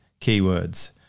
keywords